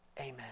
Amen